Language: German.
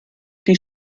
die